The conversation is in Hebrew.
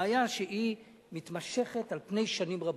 בעיה שמתמשכת על פני שנים רבות.